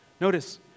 Notice